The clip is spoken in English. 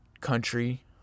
country